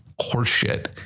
horseshit